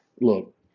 Look